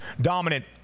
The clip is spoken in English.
dominant